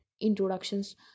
Introductions